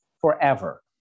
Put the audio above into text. forever